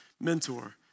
mentor